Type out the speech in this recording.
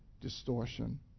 distortion